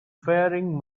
faring